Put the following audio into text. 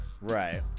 Right